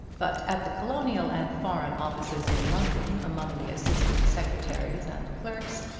but at the colonial and foreign offices in london, among the assistant secretaries and clerks,